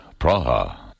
Praha